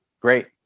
Great